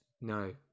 No